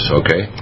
okay